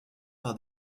par